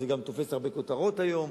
וזה גם תופס הרבה כותרות היום,